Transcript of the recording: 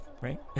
right